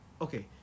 Okay